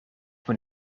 ben